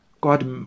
God